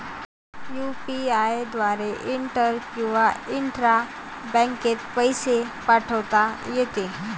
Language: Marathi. यु.पी.आय द्वारे इंटर किंवा इंट्रा बँकेत पैसे पाठवता येते